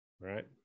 right